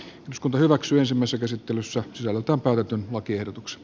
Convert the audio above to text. koko hyväksymisemmassa käsittelyssä ollutta päivätyn lakiehdotuks